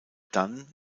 dann